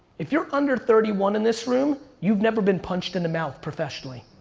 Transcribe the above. if you're under thirty one in this room, you've never been punched in the mouth professionally.